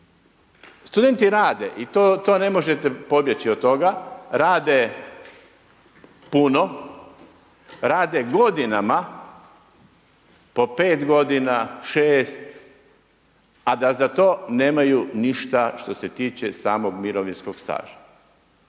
Studenti rade i to ne možete pobjeći od toga, rade puno, rade godinama, po 5 g., 6, a da za to nemaju ništa što se tiče samog mirovinskog staža.